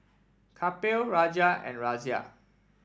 Kapil Raja and Razia